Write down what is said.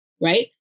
Right